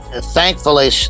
Thankfully